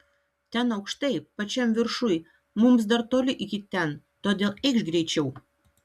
ten aukštai pačiam viršuj mums dar toli iki ten todėl eikš greičiau